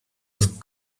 was